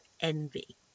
envy